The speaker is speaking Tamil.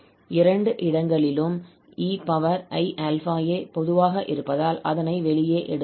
இரண்டு இடங்களிலும் ei∝a பொதுவாக இருப்பதால் அதனை வெளியே எடுக்கலாம்